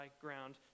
ground